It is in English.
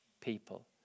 people